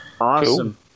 Awesome